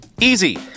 Easy